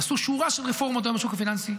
נעשתה שורה של רפורמות היום בשוק הפיננסי,